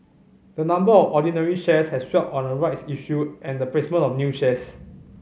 the number of ordinary shares has swelled on a rights issue and the placement of new shares